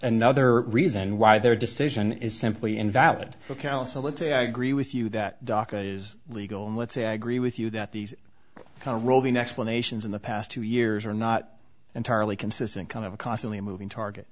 another reason why their decision is simply invalid counsel let's say i agree with you that docket is legal and let's say i agree with you that these kind of roving explanations in the past two years are not entirely consistent kind of a constantly moving target